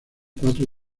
cuatro